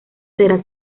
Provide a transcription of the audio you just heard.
será